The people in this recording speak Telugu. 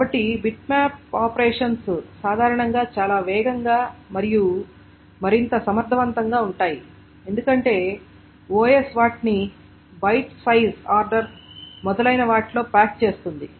కాబట్టి బిట్మ్యాప్ ఆపరేషన్స్ సాధారణం గా చాలా వేగంగా మరియు మరింత సమర్థవంతంగా ఉంటాయి ఎందుకంటే OS వాటిని బైట్ సైజ్ ఆర్డర్ మొదలైన వాటిలో ప్యాక్ చేస్తుంది